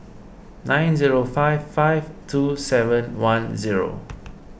nine zero five five two seven one zero